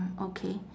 okay